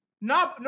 No